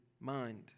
mind